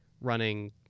running